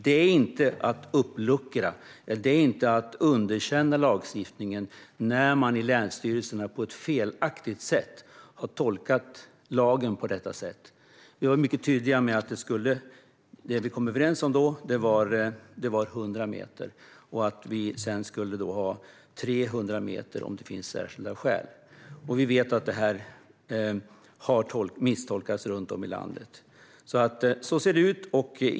Det är inte att uppluckra och underkänna lagstiftningen när man i länsstyrelserna har tolkat lagen på ett felaktigt sätt. Vi var mycket tydliga med att det vi kom överens om då var 100 meter och att det skulle vara 300 meter om det finns särskilda skäl. Vi vet att detta har misstolkats runt om i landet. Så ser det alltså ut.